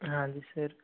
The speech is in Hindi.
हाँ जी सर